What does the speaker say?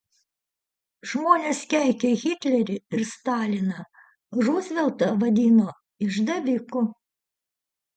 žmonės keikė hitlerį ir staliną ruzveltą vadino išdaviku